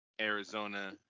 Arizona